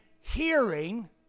hearing